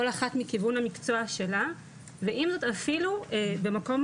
כל אחת מכיוון המקצוע שלה ועם זאת אפילו במקום